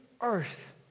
earth